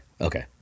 Okay